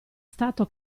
stato